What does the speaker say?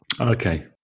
Okay